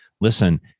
listen